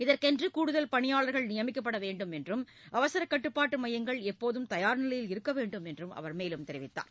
இதற்கென்றுகூடுதல் பணியாளர்கள் நியமிக்கப்படவேண்டும் என்றும் அவசரகட்டுப்பாட்டுமையங்கள் எப்போதும் தயார் நிலையில் இருக்கவேண்டும் என்றும் அவர் கூறினார்